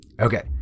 Okay